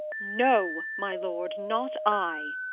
no, my lord, not i.